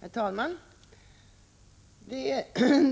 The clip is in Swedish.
Herr talman! Det